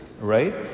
right